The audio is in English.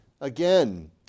again